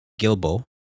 Gilbo